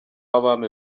abami